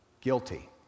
guilty